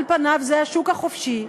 על פניו זה השוק החופשי,